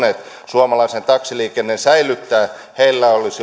suomalaisen taksiliikenteen säilyttää heillä olisi ollut